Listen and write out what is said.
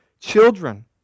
children